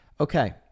Okay